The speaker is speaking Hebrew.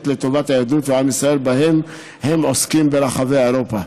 לטובת היהדות ועם ישראל שבה הם עוסקים ברחבי אירופה,